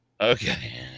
Okay